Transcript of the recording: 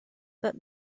but